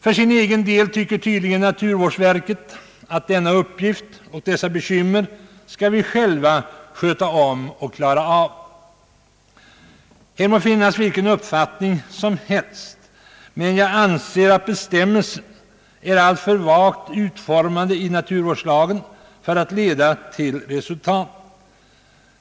För sin egen del tycker tydligen naturvårdsverket att vi själva skall klara av denna uppgift och avhjälpa dessa bekymmer. Det må finnas vilken uppfattning som helst, men jag anser att bestämmelserna i naturvårdslagen är alltför vagt utformade för att leda till resultat.